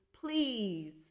please